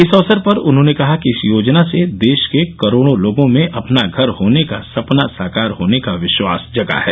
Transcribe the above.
इस अवसर पर उन्होंने कहा कि इस योजना से देश के करोड़ों लोगों में अपना घर होने का सपना साकार होने का विश्वास जगा है